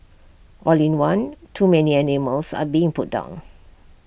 all in one too many animals are being put down